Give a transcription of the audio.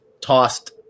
tossed